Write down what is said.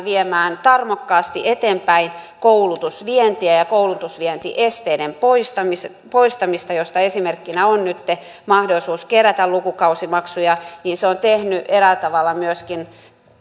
viemään tarmokkaasti eteenpäin koulutusvientiä ja koulutusvientiesteiden poistamista poistamista josta esimerkkinä on nyt mahdollisuus kerätä lukukausimaksuja se on tehnyt eräällä tavalla myöskin